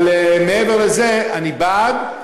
אבל מעבר לזה, אני בעד.